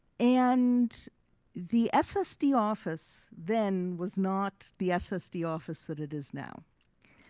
and the ssd office then was not the ssd office that it is now.